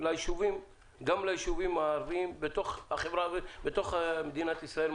ליישובים הערביים בתוך מדינת ישראל.